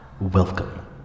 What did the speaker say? Welcome